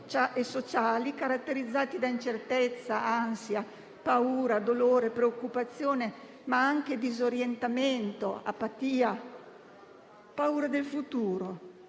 e sociali caratterizzati da incertezza, ansia, paura, dolore preoccupazione, ma anche disorientamento, apatia, paura del futuro.